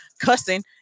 cussing